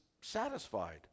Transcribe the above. satisfied